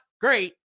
great